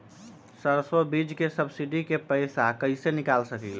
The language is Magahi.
सरसों बीज के सब्सिडी के पैसा कईसे निकाल सकीले?